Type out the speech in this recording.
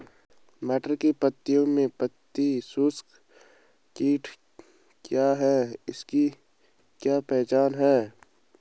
मटर की पत्तियों में पत्ती चूसक कीट क्या है इसकी क्या पहचान है?